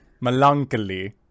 Melancholy